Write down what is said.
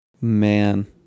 Man